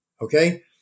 Okay